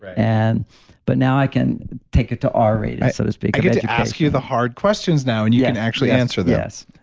and but now, i can take it to r rate, so to speak. i get to ask you the hard questions now and you can actually answer this.